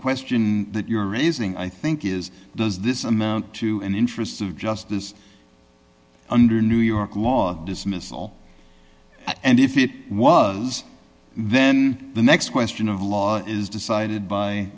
question that you're raising i think is does this amount to an interest of justice under new york law dismissal and if it was then the next question of law is decided